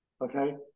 okay